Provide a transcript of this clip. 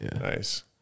Nice